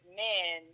men